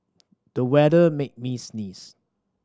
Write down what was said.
the weather made me sneeze